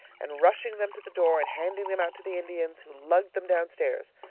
and rushing them to the door, and handing them out to the indians, who lugged them downstairs.